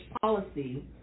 policy